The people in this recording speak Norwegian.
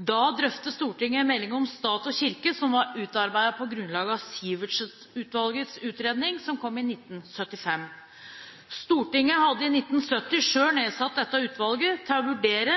Da drøftet Stortinget meldingen om stat og kirke, som var utarbeidet på grunnlag av Sivertsen-utvalgets utredning, som kom i 1975. Stortinget hadde i 1970 selv nedsatt dette utvalget «til å vurdere